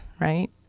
right